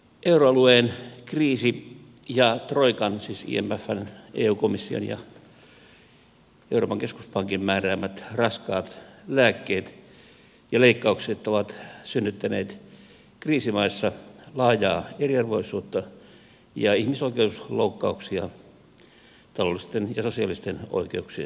euroalueen kriisi ja troikan siis imfn eu komission ja euroopan keskuspankin määräämät raskaat lääkkeet ja leikkaukset ovat synnyttäneet kriisimaissa laajaa eriarvoisuutta ja ihmisoikeusloukkauksia taloudellisten ja sosiaalisten oikeuksien osalta